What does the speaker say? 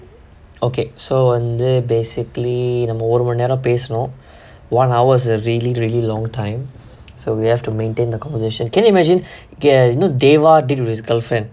okay so வந்து:vanthu basically நம்ம ஒரு மணி நேரம் பேசுனோம்:namma vanthu oru mani neram paesunom one hours a really really long time so we have to maintain the conversation can you imagine இன்னும்:innum deva date with his girlfriend